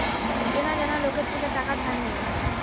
চেনা জানা লোকের থেকে টাকা ধার নিও